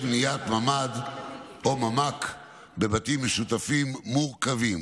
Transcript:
בניית ממ"ד או ממ"ק בבתים משותפים מורכבים,